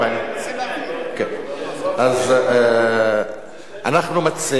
אנחנו מנסים להבין.